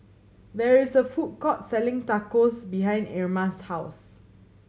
there is a food court selling Tacos behind Irma's house